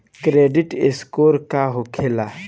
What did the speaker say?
Credit score का होखेला?